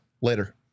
later